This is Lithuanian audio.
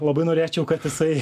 labai norėčiau kad jisai